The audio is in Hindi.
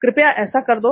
कृपया ऐसा कर दो